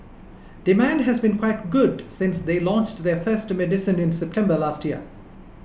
demand has been quite good since they launched their first medicine in September last year